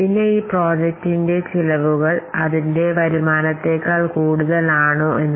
പിന്നെ ആനുകൂല്യങ്ങൾ ചെലവ് കവിയുന്നുണ്ടോ ഇല്ലയോ എന്നത് ആനുകൂല്യത്തെ ചെലവിനേക്കാൾ കൂടുതലാണോ എന്ന് താരതമ്യം ചെയ്യണം